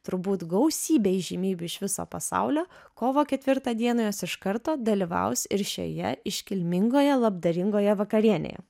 turbūt gausybė įžymybių iš viso pasaulio kovo ketvirtą dieną jos iš karto dalyvaus ir šioje iškilmingoje labdaringoje vakarienėje